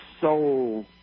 soul